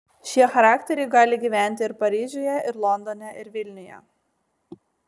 šie charakteriai gali gyventi ir paryžiuje ir londone ir vilniuje